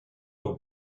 nous